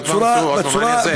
עוד פעם, שוב, מה אני עושה?